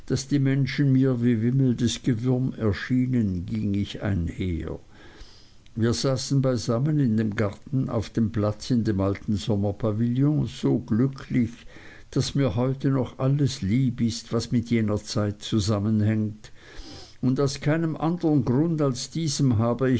daß die menschen mir wie wimmelndes gewürm erschienen ging ich einher wir saßen beisammen in dem garten auf dem platz in dem alten sommerpavillon so glücklich daß mir heute noch alles lieb ist was mit jener zeit zusammenhängt und aus keinem andern grund als diesem habe